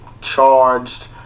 charged